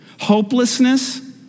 Hopelessness